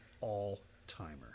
all-timer